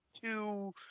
two